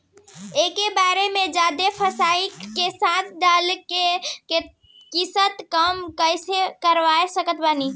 एके बार मे जादे पईसा एके साथे डाल के किश्त कम कैसे करवा सकत बानी?